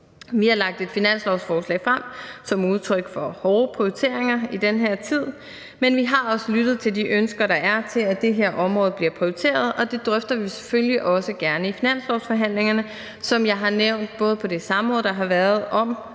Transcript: Vi har lagt et finanslovsforslag frem, som er udtryk for hårde prioriteringer i den her tid, men vi har også lyttet til de ønsker, der er, til, at det her område bliver prioriteret, og det drøfter vi selvfølgelig også gerne i finanslovsforhandlingerne, som jeg har nævnt på både det samråd, der har været om